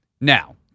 Now